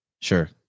Sure